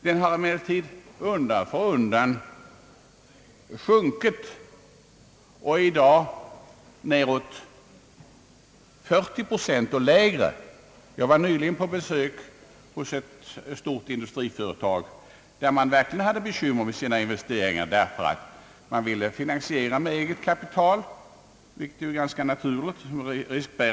Den har emellertid undan för undan sjunkit och är i dag nere vid 40 procent och ännu lägre. Jag var nyligen på besök hos ett stort industriföretag, där man verkligen hade bekymmer med sina investeringar därför att man ville investera med eget riskbärande kapital, vilket är ganska naturligt.